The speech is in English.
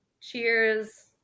cheers